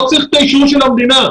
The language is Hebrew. לא צריך את האישור של המדינה.